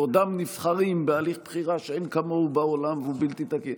בעודם נבחרים בהליך בחירה שאין כמוהו בעולם והוא בלתי תקין.